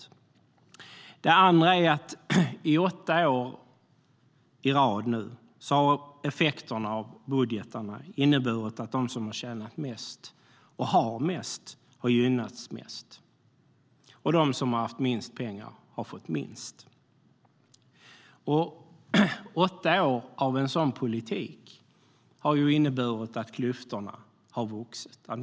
Det andra vi gör handlar om att effekterna av budgetarna under åtta år i rad har inneburit att de som tjänat mest och haft mest har gynnats mest, medan de som haft minst pengar har fått minst. Åtta år av en sådan politik har inneburit att klyftorna har vuxit.